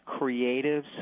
creatives